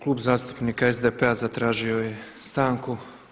Klub zastupnika SDP-a zatražio je stanku.